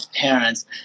parents